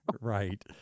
Right